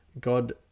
god